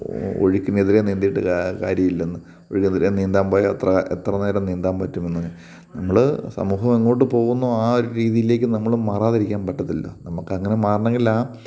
ഒഴുക്കിനെതിരെ നീന്തിയിട്ട് കാര്യമില്ലെന്ന് ഒഴുക്കിന് എതിരെ നീന്താൻ പോയാൽ എത്ര എത്ര നേരം നീന്താൻ പറ്റുമെന്ന് നമ്മൾ സമൂഹം എങ്ങോട്ട് പോകുന്നോ ആ ഒരു രീതിയിലേക്ക് നമ്മൾ മാറാതിരിക്കാൻ പറ്റത്തില്ലല്ലോ നമുക്ക് അങ്ങനെ മാറണമെങ്കിൽ ആ